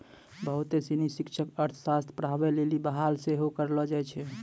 बहुते सिनी शिक्षक अर्थशास्त्र पढ़ाबै लेली बहाल सेहो करलो जाय छै